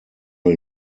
all